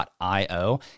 .io